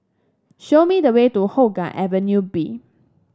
show me the way to Hougang Avenue B